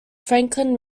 franklin